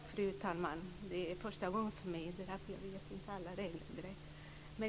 Fru talman! Detta är första gången för mig.